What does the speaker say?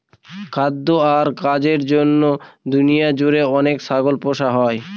খাদ্য আর কাজের জন্য দুনিয়া জুড়ে অনেক ছাগল পোষা হয়